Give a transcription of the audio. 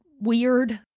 weird